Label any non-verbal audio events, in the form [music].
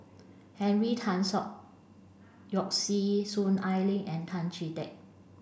Henry Tan [unintelligible] Yoke See Soon Ai Ling and Tan Chee Teck